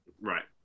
Right